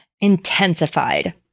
intensified